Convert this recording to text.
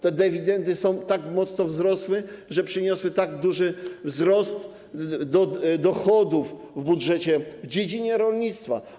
Te dywidendy tak mocno wzrosły, że przyniosły tak duży wzrost dochodów w budżecie w dziedzinie rolnictwa.